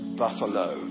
buffalo